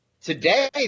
today